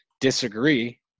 disagree